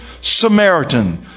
Samaritan